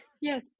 Yes